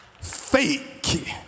fake